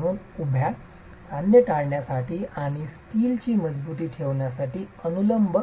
म्हणून उभ्या जॉइंट टाळण्यासाठी आणि स्टीलची मजबुतीकरण ठेवण्यासाठी अनुलंब